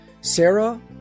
Sarah